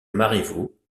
marivaux